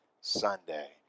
Sunday